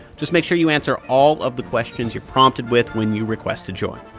just make sure you answer all of the questions you're prompted with when you request to join.